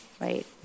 right